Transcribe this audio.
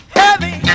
heavy